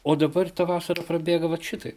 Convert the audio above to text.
o dabar ta vasara prabėga vat šitaip